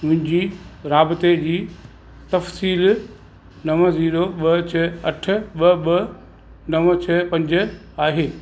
मुंहिंजी राबते जी तफ़सील नव ज़ीरो ॿ छह अठ ॿ ॿ नव छह पंज आहे